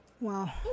Wow